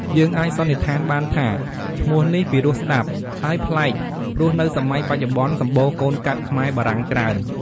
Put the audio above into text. យើងអាចសន្និដ្ឋានបានថាឈ្មោះនេះពិរោះស្ដាប់ហើយប្លែកព្រោះនៅសម័យបច្ចុប្បន្នសំបូរកូនកាត់ខ្មែរបារាំងច្រើន។